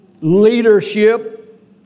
leadership